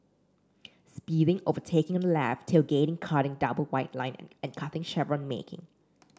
speeding overtaking on the left tailgating cutting double white line and cutting chevron marking